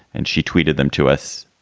and she tweeted them to us,